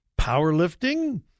powerlifting